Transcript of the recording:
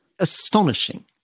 astonishing